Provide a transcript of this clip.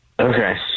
Okay